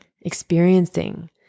experiencing